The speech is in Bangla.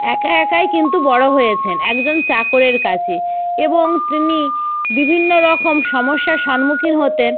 একা একাই কিন্তু বড়ো হয়েছেন একজন চাকরের কাছে এবং তিনি বিভিন্ন রকম সমস্যার সন্মুখীন হতেন